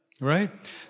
Right